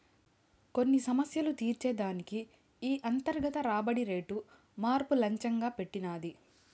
కొన్ని సమస్యలు తీర్చే దానికి ఈ అంతర్గత రాబడి రేటు మార్పు లచ్చెంగా పెట్టినది